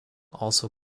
also